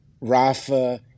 Rafa